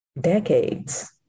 decades